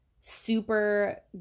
super